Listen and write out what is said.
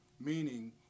Meaning